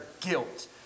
guilt